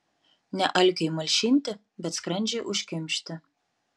ne alkiui malšinti bet skrandžiui užkimšti